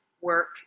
work